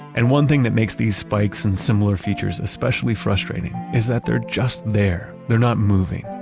and one thing that makes these spikes and similar features especially frustrating is that they're just there. they're not moving,